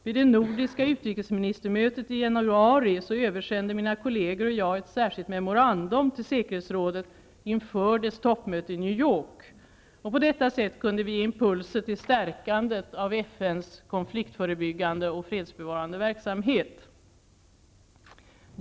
Vid det nordiska utrikesministermötet i januari översände mina kolleger och jag ett särskilt memorandum till FN:s säkerhetsråd inför dess toppmöte i New York. På det sättet kunde vi ge impulser till stärkandet av FN:s konfliktförebyggande och fredsbevarande verksamhet.